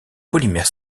polymères